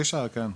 לא יודע,